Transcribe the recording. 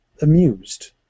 amused